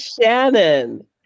Shannon